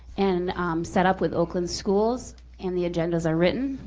and set up with oakland schools and the agendas are written.